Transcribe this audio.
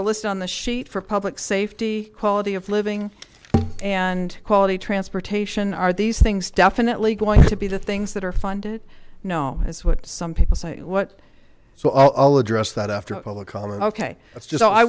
are listed on the sheet for public safety quality of living and quality transportation are these things definitely going to be the things that are funded no is what some people say what so i'll address that after